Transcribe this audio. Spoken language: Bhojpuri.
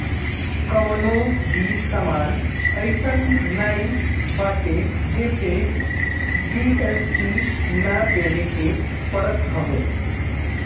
कवनो भी सामान अइसन नाइ बाटे जेपे जी.एस.टी ना देवे के पड़त हवे